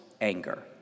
Anger